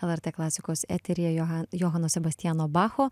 lrt klasikos eteryje joha johano sebastiano bacho